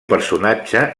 personatge